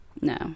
no